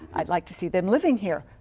i would like to see them living here,